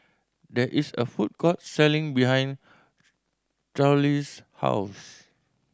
there is a food court selling behind house